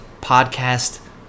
podcast